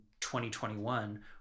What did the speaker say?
2021